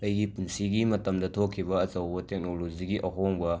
ꯑꯩꯒꯤ ꯄꯨꯟꯁꯤꯒꯤ ꯃꯇꯝꯗ ꯊꯣꯛꯈꯤꯕ ꯑꯆꯧꯕ ꯇꯦꯛꯅꯣꯂꯣꯖꯤꯒꯤ ꯑꯍꯣꯡꯕ